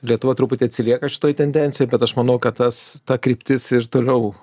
lietuva truputį atsilieka šitoj tendencijoj bet aš manau kad tas ta kryptis ir toliau